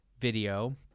video